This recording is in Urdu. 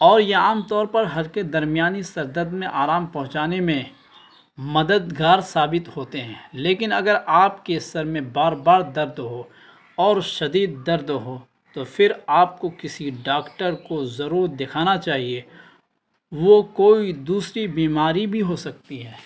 اور یہ عام طور پر ہلکے درمیانی سر درد میں آرام پہنچانے میں مددگار ثابت ہوتے ہیں لیکن اگر آپ کے سر میں بار بار درد ہو اور شدید درد ہو تو پھر آپ کو کسی ڈاکٹر کو ضرور دکھانا چاہیے وہ کوئی دوسری بیماری بھی ہو سکتی ہے